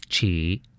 Chi